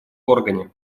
органе